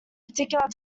particular